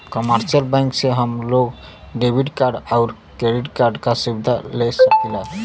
commercial bank से हम लोग डेबिट कार्ड आउर क्रेडिट कार्ड क सुविधा ले सकीला